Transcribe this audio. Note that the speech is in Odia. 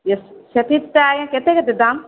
ଇ ସେଥିର୍'ଟା ଆଜ୍ଞା କେତେ କେତେ ଦାମ୍